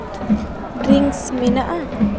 drinks ᱢᱮᱱᱟᱜᱼᱟ